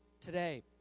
today